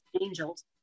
angels